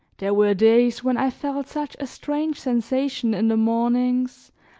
there were days when i felt such a strange sensation in the mornings,